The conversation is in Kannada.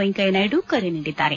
ವೆಂಕಯ್ಯ ನಾಯ್ದು ಕರೆ ನೀಡಿದ್ದಾರೆ